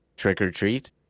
trick-or-treat